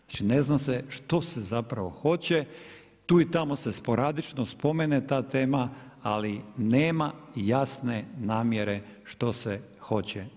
Znači ne zna se što se zapravo hoće, tu i tamo se sporadično spomene ta tema, ali nema jasne namjere što se hoće.